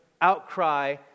outcry